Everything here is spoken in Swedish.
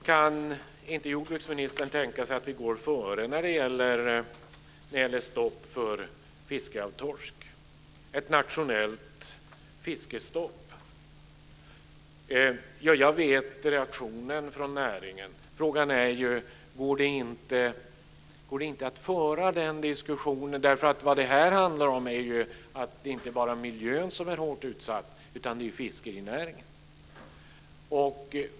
Kan inte jordbruksministern tänka sig ett nationellt fiskestopp - att vi går före när det gäller stopp för fiske av torsk? Jag vet vilken reaktionen blir från näringen. Men går det inte att föra en diskussion? Det är inte bara miljön som är utsatt utan även fiskerinäringen.